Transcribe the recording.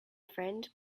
friend